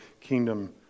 kingdom